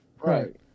Right